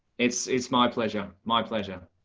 it's it's my pleasure. my pleasure.